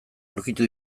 aurkitu